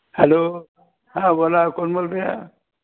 hello हा बोला कोण बोलत आहे